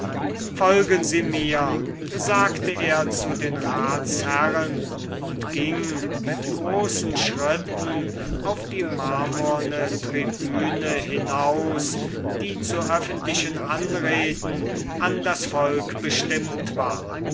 folgen sie mir sagte er zu den ratsherren und ging mit großen schritten auf die marmorne tribüne hinaus die zu öffentlichen anreden an das volk bestimmt war